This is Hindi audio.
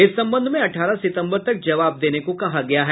इस संबंध में अठारह सितम्बर तक जवाब देने को कहा गया है